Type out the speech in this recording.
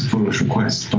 foolish request, but